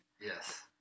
Yes